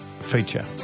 feature